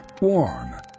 warm